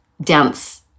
dance